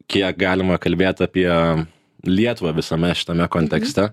kiek galima kalbėt apie lietuvą visame šitame kontekste